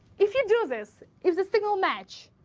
if you do this, it's a single match,